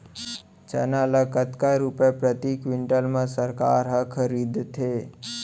चना ल कतका रुपिया प्रति क्विंटल म सरकार ह खरीदथे?